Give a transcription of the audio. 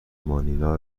مانیلا